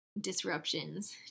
disruptions